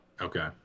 Okay